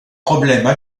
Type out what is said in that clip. problèmes